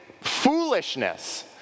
foolishness